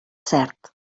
cert